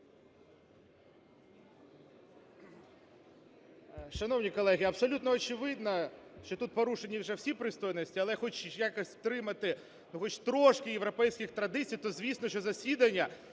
Шановні колеги, абсолютно очевидно, що тут порушені вже всі пристойності, але хоч якось втримати, ну, хоч трошки європейських традицій, то, звісно, що засідання